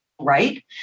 right